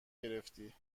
گرفتی